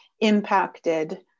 impacted